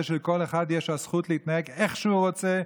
שלכל אחד יש את הזכות להתנהג איך שהוא רוצה,